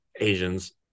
Asians